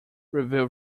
review